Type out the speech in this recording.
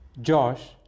Josh